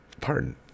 pardon